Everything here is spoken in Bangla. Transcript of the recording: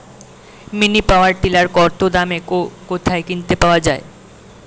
মিনি পাওয়ার টিলার কত দাম ও কোথায় কিনতে পাওয়া যায়?